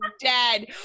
dead